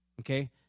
okay